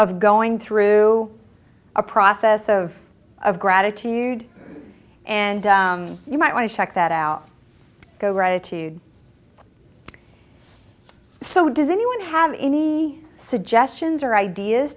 of going through a process of of gratitude and you might want to check that out gratitude so does anyone have any suggestions or ideas